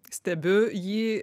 stebiu jį